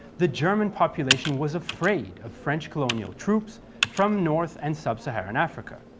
the german population was afraid of french colonial troops from north and sub-saharan africa.